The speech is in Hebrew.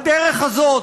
בדרך הזאת,